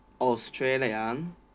Australian